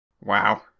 Wow